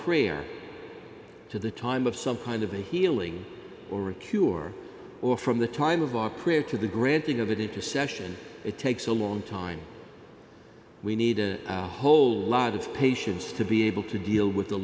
prayer to the time of some kind of a healing or a cure or from the time of our prayer to the granting of it into session it takes a long time we need a whole lot of patience to be able to deal with the